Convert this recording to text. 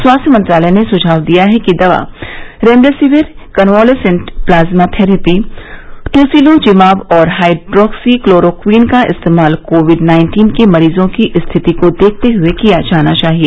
स्वास्थ्य मंत्रालय ने सुझाव दिया है कि दवा remdesivir convalescent plasma therapy tocilizumab और हाइड्रोक्सी क्लोरोक्वीन का इस्तेमाल कोविड नाइन्टीन के मरीजों की स्थिति को देखते हुए ही किया जाना चाहिए